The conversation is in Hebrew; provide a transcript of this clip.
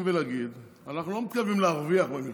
ולהגיד: אנחנו לא מתכוונים להרוויח במלחמה.